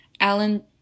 Alan